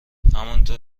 همانطور